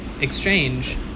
exchange